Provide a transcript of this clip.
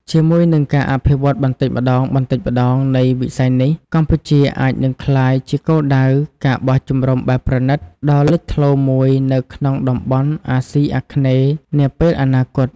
ជាមួយនឹងការអភិវឌ្ឍបន្តិចម្តងៗនៃវិស័យនេះ កម្ពុជាអាចនឹងក្លាយជាគោលដៅ ការបោះជំរំបែបប្រណីត ដ៏លេចធ្លោមួយនៅក្នុងតំបន់អាស៊ីអាគ្នេយ៍នាពេលអនាគត។